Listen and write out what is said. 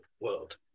world